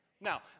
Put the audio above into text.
Now